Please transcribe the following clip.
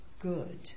good